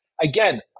Again